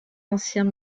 anciens